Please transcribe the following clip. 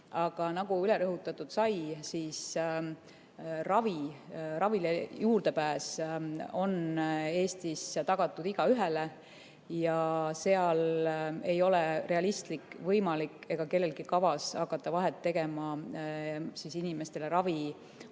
Aga nagu üle rõhutatud sai, ravile juurdepääs on Eestis tagatud igaühele ja seal ei ole realistlik, võimalik ega kellelgi kavas hakata vahet tegema inimestele ravi